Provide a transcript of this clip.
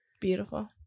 Beautiful